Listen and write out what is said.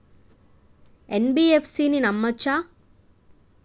NBFC ని నమ్మచ్చా?